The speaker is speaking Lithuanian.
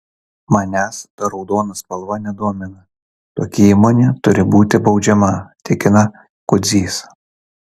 manęs ta raudona spalva nedomina tokia įmonė turi būti baudžiama tikina kudzys